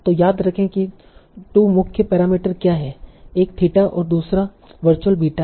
तो याद रखें कि 2 मुख्य पैरामीटर क्या हैं एक थीटा और दूसरा वर्चुअल बीटा है